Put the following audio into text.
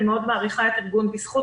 אני מאוד מעריכה את ארגון בזכות.